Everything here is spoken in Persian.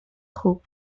خوب